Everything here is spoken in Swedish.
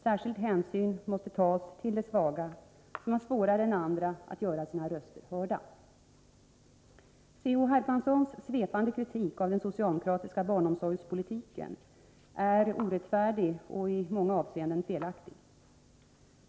Särskild hänsyn måste tas till de svaga, som har svårare än andra att göra sina röster hörda. C.-H. Hermanssons svepande kritik av den socialdemokratiska barnomsorgspolitiken är orättfärdig och i många avseenden felaktig.